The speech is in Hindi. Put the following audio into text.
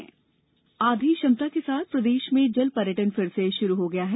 जल पर्यटन आधी क्षमता के साथ प्रदेश में जल पर्यटन फिर से शुरू हो गया है